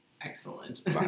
excellent